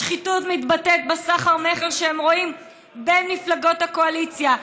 השחיתות מתבטאת בסחר-מכר שרואים בין מפלגות הקואליציה,